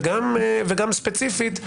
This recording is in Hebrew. וגם ספציפית,